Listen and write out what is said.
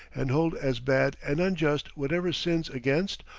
and hold as bad and unjust whatever sins against,